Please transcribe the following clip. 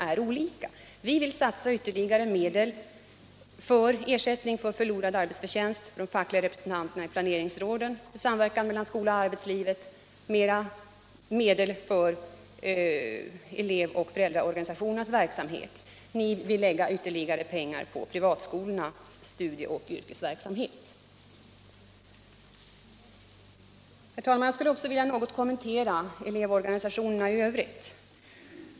Vi socialdemokrater vill satsa ytterligare medel på ersättning för förlorad arbetsförtjänst för de fackliga representanterna i planeringsråden, på samverkan mellan skolan och arbetslivet samt på elevoch föräldraorganisationernas verksamhet. Ni vill lägga ytterligare pengar på privatskolornas studieoch yrkesverksamhet. Herr talman! Slutligen vill jag också något kommentera elevorganisationernas anslagsfrågor.